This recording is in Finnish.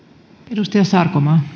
arvoisa puhemies todellakin